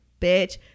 Bitch